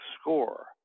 score